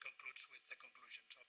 concludes with the conclusions,